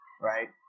right